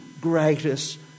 greatest